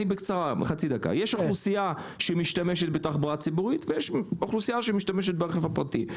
יש אוכלוסייה שמשתמשת בתחבורה ציבורית ויש אוכלוסייה שמשתמשת ברכב פרטי.